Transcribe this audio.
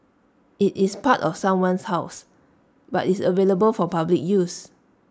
IT is part of someone's house but is available for public use